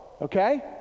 okay